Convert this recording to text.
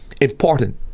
important